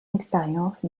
expérience